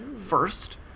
First